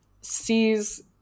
sees